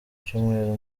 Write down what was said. cyumweru